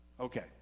Okay